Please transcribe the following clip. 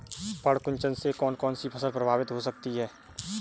पर्ण कुंचन से कौन कौन सी फसल प्रभावित हो सकती है?